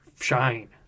Shine